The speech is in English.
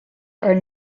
are